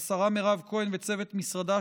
לשרה מירב כהן וצוות משרדה,